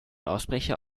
ausbrecher